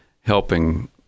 helping